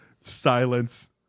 Silence